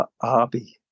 hobby